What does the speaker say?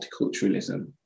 multiculturalism